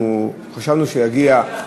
אנחנו חשבנו שהוא יגיע.